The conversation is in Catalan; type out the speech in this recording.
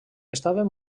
estaven